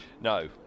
No